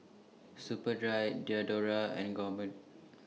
Superdry Diadora and Gourmet